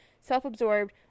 Self-absorbed